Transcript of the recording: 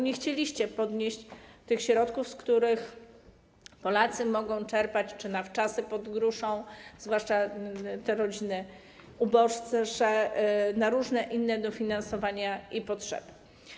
Nie chcieliście podnieść wysokości tych środków, z których Polacy mogą czerpać na wczasy pod gruszą, zwłaszcza rodziny uboższe, na różne inne dofinansowania i potrzeby.